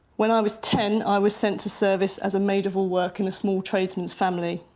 when i was ten, i was sent to service as a maid-of-all-work in a small tradesman's family.